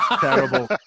Terrible